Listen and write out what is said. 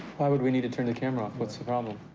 why would we need to turn the camera off? what's the problem?